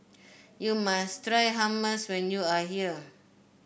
you must try Hummus when you are here